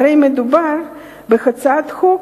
הרי מדובר בהצעת חוק